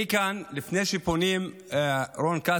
רון כץ, לפני שפונים לחברות,